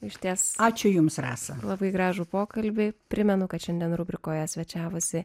išties ačiū jums rasa labai gražūs pokalbiai primenu kad šiandien rubrikoje svečiavosi